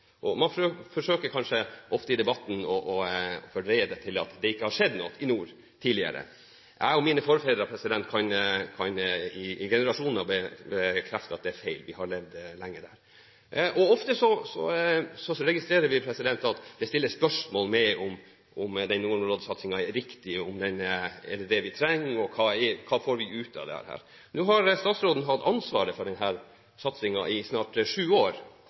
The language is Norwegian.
føres. Man forsøker kanskje ofte i debatten å fordreie det til at det ikke har skjedd noe i nord tidligere. Jeg og mine forfedre i generasjoner kan bekrefte at det er feil – vi har levd lenge der. Ofte registrerer vi at det stilles spørsmål ved om den nordområdesatsingen er riktig, om det er det vi trenger, og hva vi får ut av dette. Nå har statsråden hatt ansvar for denne satsingen i snart syv år,